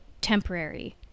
temporary